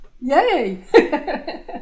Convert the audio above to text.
Yay